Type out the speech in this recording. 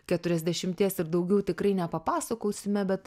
keturiasdešimties ir daugiau tikrai nepapasakosime bet